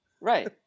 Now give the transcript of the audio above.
right